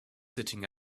sitting